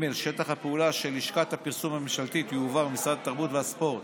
שטח הפעולה של לשכת הפרסום הממשלתית יועבר ממשרד התרבות והספורט